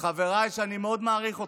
שאני מאוד מעריך אתכם,